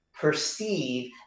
perceive